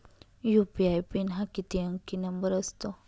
UPI PIN हा किती अंकी नंबर असतो?